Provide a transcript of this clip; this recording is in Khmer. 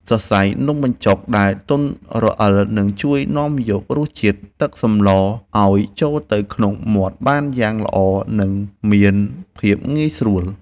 សរសៃនំបញ្ចុកដែលទន់រអិលនឹងជួយនាំយករសជាតិទឹកសម្លឱ្យចូលទៅក្នុងមាត់បានយ៉ាងល្អនិងមានភាពងាយស្រួល។